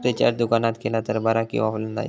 Recharge दुकानात केला तर बरा की ऑनलाइन?